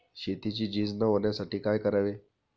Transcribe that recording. शेतीची झीज न होण्यासाठी काय करावे?